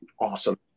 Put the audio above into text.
awesome